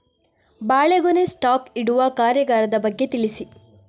ಬಾಳೆಗೊನೆ ಸ್ಟಾಕ್ ಇಡುವ ಕಾರ್ಯಗಾರದ ಬಗ್ಗೆ ತಿಳಿಸಿ